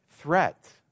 threat